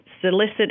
solicit